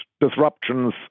disruptions